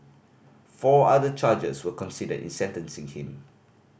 four other charges were considered in sentencing him